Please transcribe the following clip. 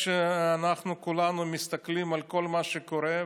כשאנחנו כולנו מסתכלים על כל מה שקורה,